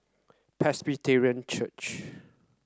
Presbyterian Church